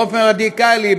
באופן רדיקלי,